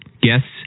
guests